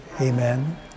amen